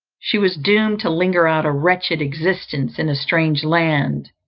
she was doomed to linger out a wretched existence in a strange land,